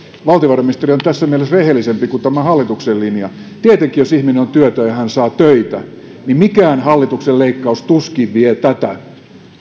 valtiovarainministeri on tässä mielessä rehellisempi kuin on tämä hallituksen linja tietenkin jos ihminen on työtön ja hän saa töitä niin mikään hallituksen leikkaus tuskin vie tätä